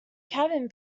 cabin